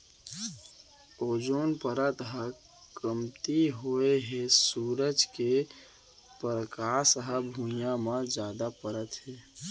ozone परत ह कमती होए हे सूरज के परकास ह भुइयाँ म जादा परत हे